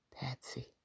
Patsy